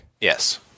Yes